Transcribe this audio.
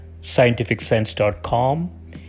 scientificsense.com